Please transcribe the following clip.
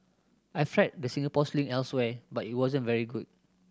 I've tried the Singapore Sling elsewhere but it wasn't very good